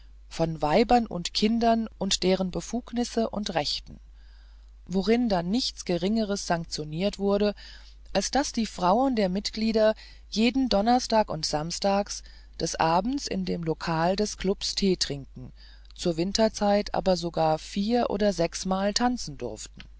von weibern und kindern und deren befugnissen und rechten worin dann nichts geringeres sanktioniert wurde als daß die frauen der mitglieder jeden donnerstag und sonntag des abends in dem lokal des klubs tee trinken zur winterszeit aber sogar vier oder sechsmal tanzen durften